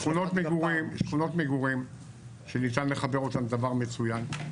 שכונות מגורים שניתן לחבר אותן זה דבר מצוין.